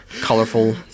colorful